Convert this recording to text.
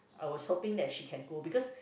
I was hoping that she can go because